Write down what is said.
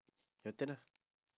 your turn ah